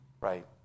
right